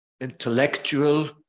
intellectual